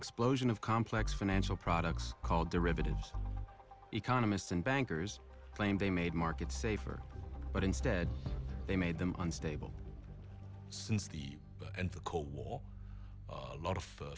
explosion of complex financial products called derivatives economists and bankers claim they made markets safer but instead they made them unstable since the end the cold war a lot of